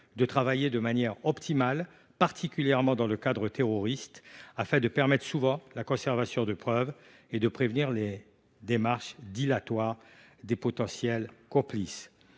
de travailler de manière optimale, particulièrement dans le cas d’actes terroristes, afin de permettre la conservation de preuves et de prévenir les démarches dilatoires de potentiels complices.